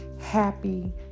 Happy